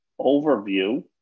overview